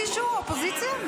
מישהו, אופוזיציה?